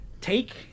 take